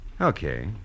Okay